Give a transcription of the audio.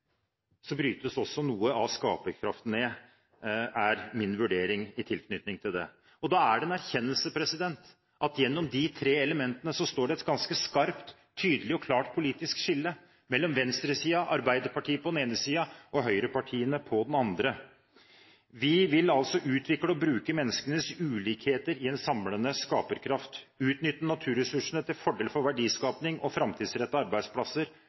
så brytes også noe av skaperkraften ned, er min vurdering i tiknytning til det. Det er en erkjennelse at gjennom de tre elementene går det et ganske skarpt, tydelig og klart politisk skille mellom venstresiden – Arbeiderpartiet – på den ene siden og høyrepartiene på den andre. Vi vil altså utvikle og bruke menneskenes ulikheter i en samlende skaperkraft, utnytte naturressursene til fordel for verdiskaping og framtidsrettede arbeidsplasser